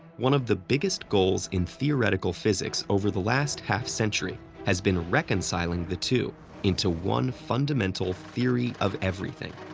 one of the biggest goals in theoretical physics over the last half century has been reconciling the two into one fundamental theory of everything.